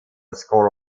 score